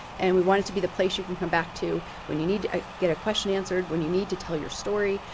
and we want it to be the place you can come back to when you need to ah get a question answered, when you need to tell your story,